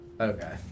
Okay